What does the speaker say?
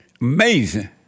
Amazing